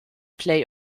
play